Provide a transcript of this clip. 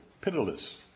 pitiless